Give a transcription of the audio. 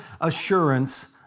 assurance